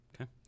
Okay